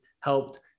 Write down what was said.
helped